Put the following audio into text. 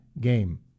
game